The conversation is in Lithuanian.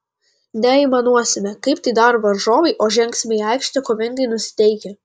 neaimanuosime kaip tai daro varžovai o žengsime į aikštę kovingai nusiteikę